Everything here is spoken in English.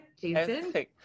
jason